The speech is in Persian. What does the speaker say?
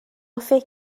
فکر